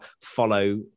follow